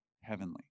heavenly